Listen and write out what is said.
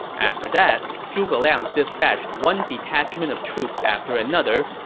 after that, zhuge liang dispatched one detachment of troops after another,